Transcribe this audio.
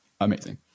amazing